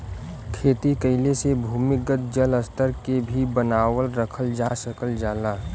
खेती कइले से भूमिगत जल स्तर के भी बनावल रखल जा सकल जाला